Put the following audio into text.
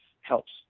helps